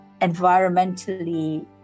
environmentally